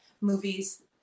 movies